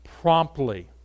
promptly